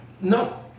no